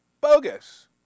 bogus